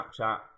Snapchat